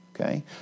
okay